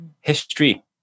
History